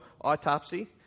autopsy